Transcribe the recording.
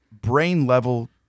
brain-level